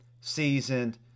seasoned